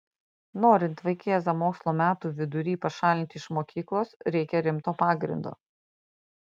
norint vaikėzą mokslo metų vidury pašalinti iš mokyklos reikia rimto pagrindo